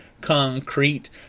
Concrete